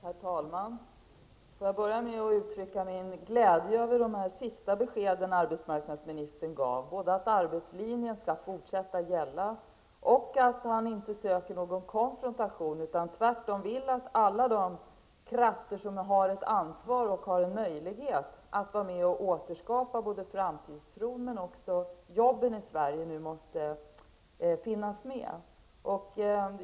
Herr talman! Låt mig börja med att uttrycka min glädje över arbetsmarknadsministerns senaste besked -- att arbetslinjen skall fortsätta gälla och att han inte söker någon konfrontation utan vill att alla de krafter som har ett ansvar och en möjlighet att vara med och återskapa framtidstron och jobben i Sverige skall finnas med.